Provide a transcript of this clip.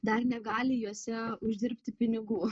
dar negali juose uždirbti pinigų